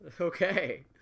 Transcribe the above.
Okay